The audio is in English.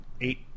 eight